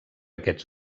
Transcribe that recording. aquests